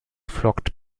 flockt